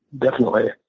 definitely.